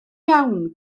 iawn